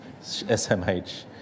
SMH